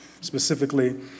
specifically